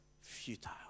futile